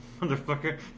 motherfucker